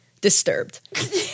Disturbed